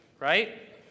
Right